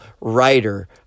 writer